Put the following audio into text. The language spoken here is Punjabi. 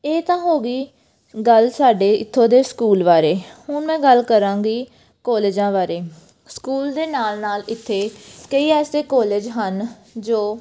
ਇਹ ਤਾਂ ਹੋ ਗਈ ਗੱਲ ਸਾਡੇ ਇੱਥੋਂ ਦੇ ਸਕੂਲ ਬਾਰੇ ਹੁਣ ਮੈਂ ਗੱਲ ਕਰਾਂਗੀ ਕੋਲਜਾਂ ਬਾਰੇ ਸਕੂਲ ਦੇ ਨਾਲ ਨਾਲ ਇੱਥੇ ਕਈ ਐਸੇ ਕੋਲਜ ਹਨ ਜੋ